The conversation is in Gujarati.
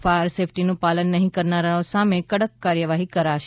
ફાયર સેફટીનું પાલન નહી કરનારાઓ સામે કડક કાર્યવાહી કરાશે